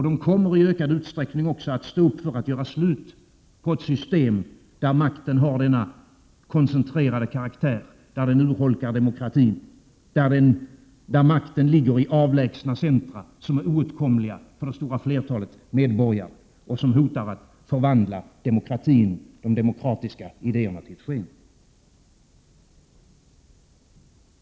De kommer i ökad utsträckning också att göra slut på ett system där makten har denna koncentrerade karaktär, där den urholkar demokratin, där makten ligger i avlägsna centra som är oåtkomliga för det stora flertalet medborgare och som hotar att förvandla de demokratiska idéerna till ett sken.